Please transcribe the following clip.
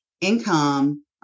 income